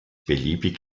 beliebig